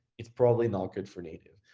it's probably not good for native.